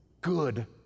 good